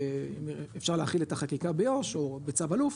אם אפשר להחיל את החקיקה ביו"ש או בצו אלוף,